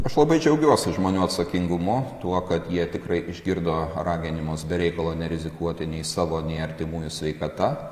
aš labai džiaugiuosi žmonių atsakingumu tuo kad jie tikrai išgirdo raginimus be reikalo nerizikuoti nei savo nei artimųjų sveikata